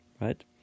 Right